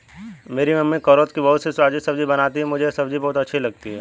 मेरी मम्मी करौंदे की बहुत ही स्वादिष्ट सब्जी बनाती हैं मुझे यह सब्जी बहुत अच्छी लगती है